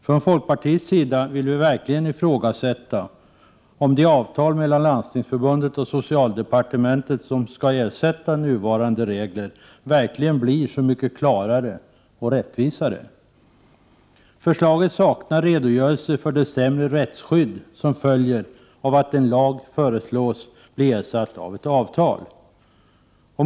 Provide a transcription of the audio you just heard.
Från folkpartiets sida vill vi verkligen ifrågasätta om det avtal mellan Landstingsförbundet och socialdepartementet som skall ersätta nuvarande regler verkligen blir så mycket klarare och rättvisare. Förslaget saknar en redogörelse för det sämre rättsskydd som följer av att en lag föreslås bli ersatt med ett avtal.